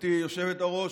גברתי היושבת-ראש,